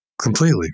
completely